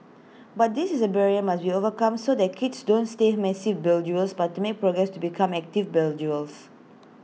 but this is A barrier must be overcome so that kids don't stay massive but to make progress to become active